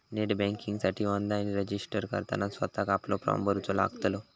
net बँकिंगसाठी online registered करताना स्वतःक आपलो फॉर्म भरूचो लागतलो